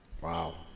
Wow